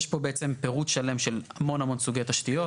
יש פה בעצם פירוט שלם של המון המון סוגי תשתיות.